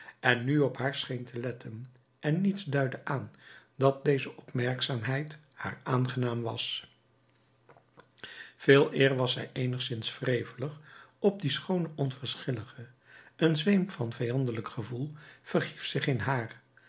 en nu op haar scheen te letten en niets duidde aan dat deze opmerkzaamheid haar aangenaam was veeleer was zij eenigszins wrevelig op dien schoonen onverschillige een zweem van vijandelijk gevoel verhief zich in haar